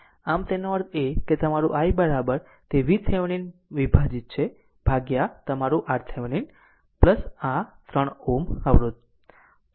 આમ તેનો અર્થ એ કે તમારું i તે VThevenin વિભાજિત છે તમારું RThevenin આ 3 Ω અવરોધ